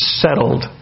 settled